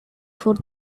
for